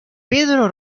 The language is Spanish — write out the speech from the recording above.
pedro